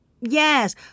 Yes